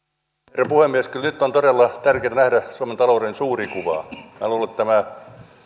herra puhemies kyllä nyt on todella tärkeää nähdä suomen talouden suuri kuva minä luulen että tämä